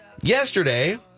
Yesterday